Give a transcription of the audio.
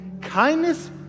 kindness